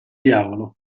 diavolo